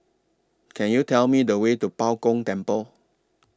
Can YOU Tell Me The Way to Bao Gong Temple